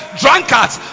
drunkards